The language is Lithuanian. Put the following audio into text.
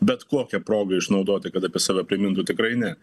bet kokia proga išnaudoti kad apie save primintų tikrai ne